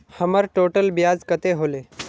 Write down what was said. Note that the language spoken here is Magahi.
हमर टोटल ब्याज कते होले?